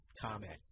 comment